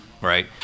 right